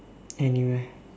anywhere